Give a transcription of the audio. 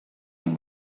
him